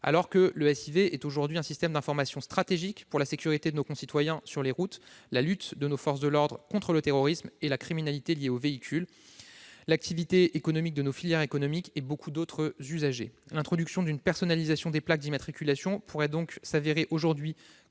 alors que le SIV est aujourd'hui un système d'information stratégique pour la sécurité de nos concitoyens sur les routes, la lutte de nos forces de l'ordre contre le terrorisme et la criminalité liée aux véhicules, l'activité économique de nos filières automobiles. L'introduction d'une personnalisation des plaques d'immatriculation pourrait donc se révéler aujourd'hui